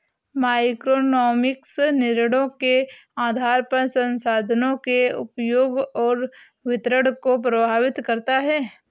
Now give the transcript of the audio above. microeconomics निर्णयों के आधार पर संसाधनों के उपयोग और वितरण को प्रभावित करता है